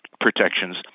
protections